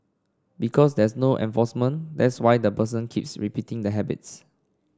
because there's no enforcement that's why the person keeps repeating the habits